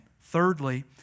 Thirdly